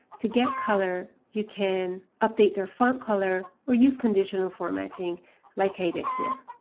to get color you can update their font color or use conditional formatting like i did here.